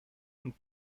und